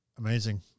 Amazing